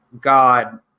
god